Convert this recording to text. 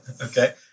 Okay